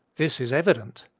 this is evident!